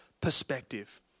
perspective